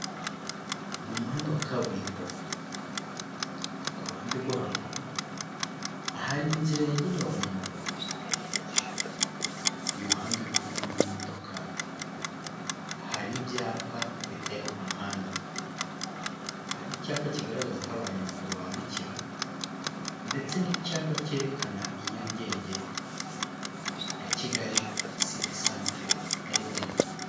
Ni umuhanda wa kaburimbo, ku ruhande rwo haruguru hari inzira yagenewe abanyamaguru. Uyu muhanda uri kunyurwamo n'imodoka, hari ibyapa biteye aho ku muhanda. Hari icyapa kigaragaza aho abanyamaguru bambukira ndetse n'icyapa cyerekana i Nyarugenge ya Kigali city centre aho iherereye.